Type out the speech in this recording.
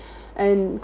and